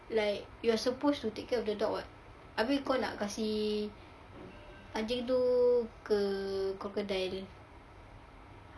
like you're supposed to take care of the dog [what] abeh kau nak kasih anjing tu ke crocodile